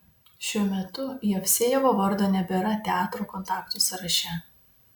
šiuo metu jevsejevo vardo nebėra teatro kontaktų sąraše